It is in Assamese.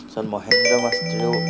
তাৰপিছত মহেন্দ্ৰ মাষ্টৰেও